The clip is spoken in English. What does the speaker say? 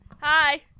Hi